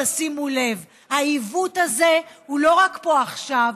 תשימו לב: העיוות הזה לא רק פה עכשיו,